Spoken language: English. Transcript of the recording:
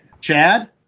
Chad